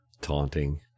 taunting